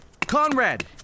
Conrad